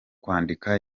kwandika